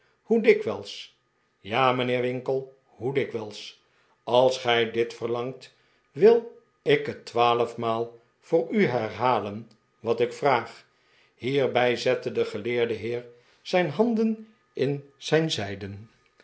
hoe dikwijls ja mijnheer winkle hoe dikwijls als gij dit verlangt wil ik wel twaalfmaal voor u herb len wat ik vraag hierbij zette de geleerae heer zijn handen in zijn zijden